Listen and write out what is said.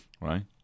right